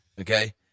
okay